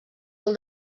pel